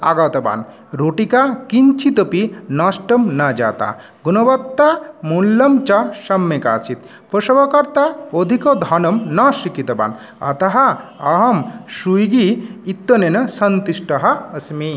आगतवान् रोटिका किञ्चिदपि नष्टं न जातं गुणवत्ता मूल्यं च सम्यक् आसीत् परिवेषकर्ता अधिकं धनं न स्वीकृतवान् अतः अहं शुइगी इत्यनेन सन्तुष्टः अस्मि